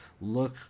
look